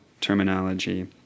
terminology